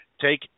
take